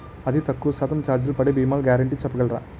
అతి తక్కువ శాతం ఛార్జీలు పడే భీమాలు గ్యారంటీ చెప్పగలరా?